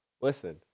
listen